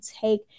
take